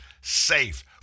safe